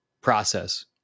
process